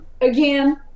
again